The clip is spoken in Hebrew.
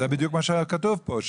אז זה בדיוק מה שכתוב פה,